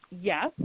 yes